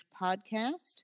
Podcast